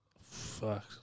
Fuck